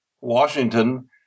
Washington